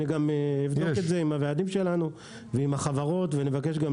אבדוק את זה עם הוועדים שלנו ועם החברות ונבקש גם